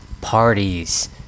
parties